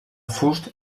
fust